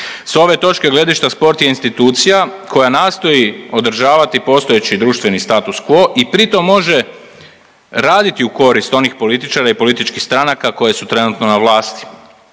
S ove točke gledišta sport je institucija koja nastoji održavati postojeći društveni status quo i pri tom može raditi u korist onih političara i političkih stranaka koje su trenutno na vlasti,